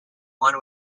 one